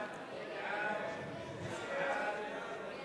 הצעת הסיכום שהביא חבר הכנסת ציון